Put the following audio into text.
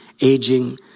aging